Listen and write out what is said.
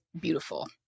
beautiful